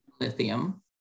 lithium